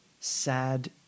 sad